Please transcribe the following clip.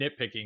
nitpicking